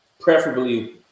Preferably